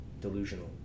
Delusional